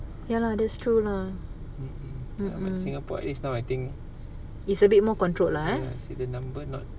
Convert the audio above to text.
singapore at least now I think ya I see the number not